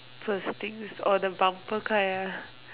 first thing is or the bumper car ah